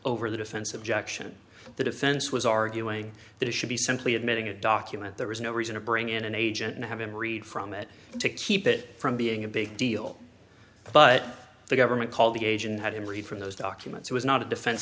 over the defense objection the defense was arguing that it should be simply admitting a document there was no reason to bring in an agent and have him read from it to keep it from being a big deal but the government called the agent had him read from those documents it was not a defense